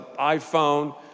iPhone